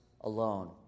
alone